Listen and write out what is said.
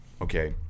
okay